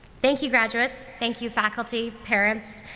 thank you graduates, thank you faculty, parents,